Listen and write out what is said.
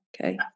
Okay